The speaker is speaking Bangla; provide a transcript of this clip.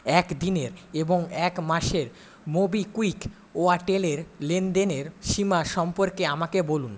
এক দিনের এবং এক মাসের মোবিকুইক ওয়ালেটের লেনদেনের সীমা সম্পর্কে আমাকে বলুন